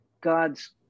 God's